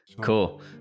cool